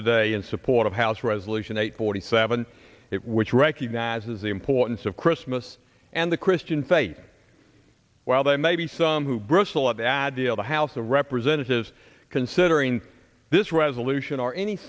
today in support of house resolution eight forty seven it which recognizes the importance of christmas and the christian faith while there may be some who brussel of adieux the house of representatives considering this resolution or any